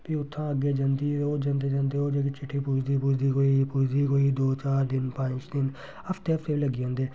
फ्ही उत्थुआं अग्गें जंदी ओह् जंदे जंदे ओह् जेह्ड़ी चिट्ठी पुजदी पुजदी कोई कोई पुजदी कोई दो चार दिन पंज दिन हफ्ते हफ्ते लग्गी जंदे